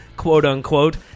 quote-unquote